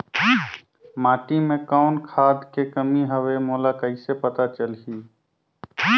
माटी मे कौन खाद के कमी हवे मोला कइसे पता चलही?